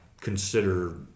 consider